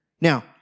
Now